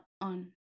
on